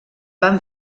van